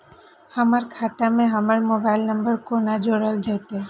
हमर खाता मे हमर मोबाइल नम्बर कोना जोरल जेतै?